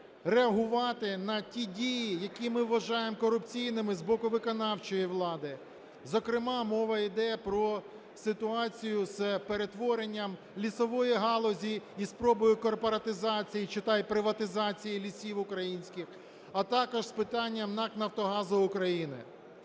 реагувати на ті дії, які ми вважаємо корупційними, з боку виконавчої влади, зокрема мова йде про ситуацію з перетворенням лісової галузі і спробою корпоратизації, читай приватизації, лісів українських, а також з питанням НАК "Нафтогазу України".